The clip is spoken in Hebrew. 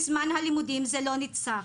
בזמן הלימודים, זה לא נפסק.